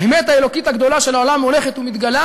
האמת האלוקית הגדולה של העולם הולכת ומתגלה.